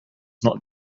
not